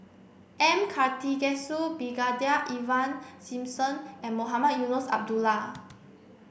M Karthigesu Brigadier Ivan Simson and Mohamed Eunos Abdullah